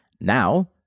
Now